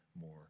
more